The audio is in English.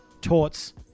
Torts